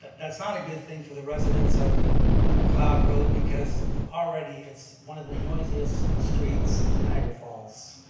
that's not a good thing for the residents of ah mcleod road because already it's one of the noisiest streets in niagara falls.